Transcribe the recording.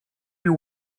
you